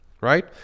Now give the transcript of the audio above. right